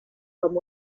com